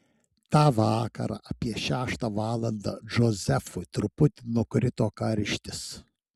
tą vakarą apie šeštą valandą džozefui truputį nukrito karštis